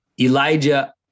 elijah